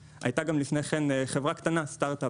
לפני כן חברה קטנה, סטארט-אפ,